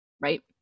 right